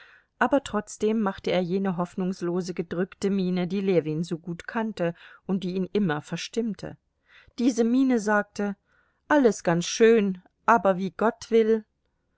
aber trotzdem machte er jene hoffnungslose gedrückte miene die ljewin so gut kannte und die ihn immer verstimmte diese miene sagte alles ganz schön aber wie gott will